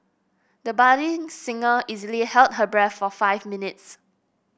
the budding singer easily held her breath for five minutes